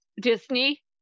disney